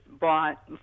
bought